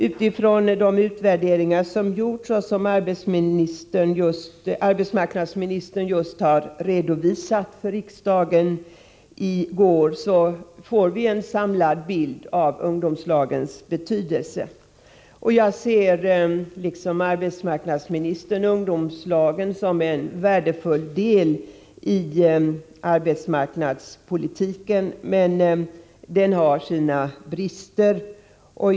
Utifrån de utvärderingar som gjorts och som arbetsmarknadsministern redovisade för riksdagen i går får vi en samlad bild av ungdomslagens betydelse. Jag ser, liksom arbetsmarknadsministern, ungdomslagen som en värdefull del i arbetsmarknadspolitiken, men den har sina brister.